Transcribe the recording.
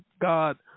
God